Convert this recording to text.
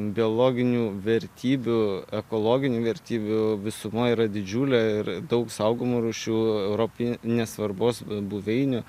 biologinių vertybių ekologinių vertybių visuma yra didžiulė ir daug saugomų rūšių europines svarbos buveinių